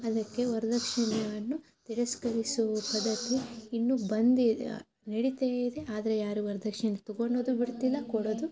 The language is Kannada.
ಅದಕ್ಕೆ ವರದಕ್ಷಿಣೆವನ್ನು ತಿರಸ್ಕರಿಸುವ ಪದ್ಧತಿ ಇನ್ನೂ ಬಂದಿದೆ ನಡೀತಾ ಇದೆ ಆದರೆ ಯಾರೂ ವರದಕ್ಷಿಣೆ ತಗೊಳ್ಳೋದೂ ಬಿಡ್ತಿಲ್ಲ ಕೊಡೋದೂ